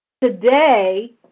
Today